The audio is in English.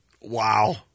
Wow